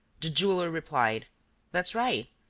the jeweler replied that's right.